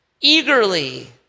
eagerly